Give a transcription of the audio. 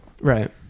right